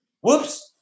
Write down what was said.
Whoops